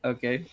Okay